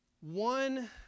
One